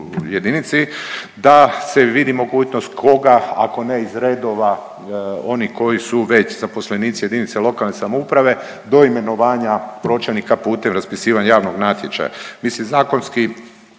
da se vidi mogućnost koga ako ne iz redova onih koji su već zaposlenici jedinice lokalne samouprave do imenovanja pročelnika putem javnog natječaja. Mislim zakonski